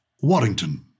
Warrington